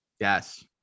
Yes